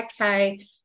okay